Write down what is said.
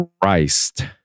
Christ